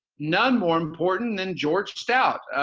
none more important than george stout,